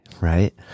Right